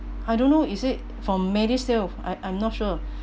I don't know is it for medishield I I'm not sure